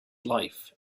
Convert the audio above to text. life